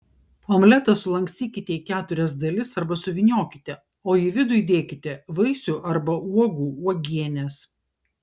omletą sulankstykite į keturias dalis arba suvyniokite o į vidų įdėkite vaisių arba uogų uogienės